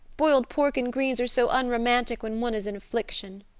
boiled pork and greens are so unromantic when one is in affliction.